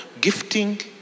gifting